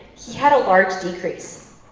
he had a large decrease.